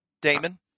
Damon